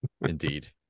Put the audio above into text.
indeed